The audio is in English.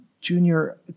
Junior